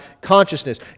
consciousness